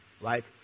Right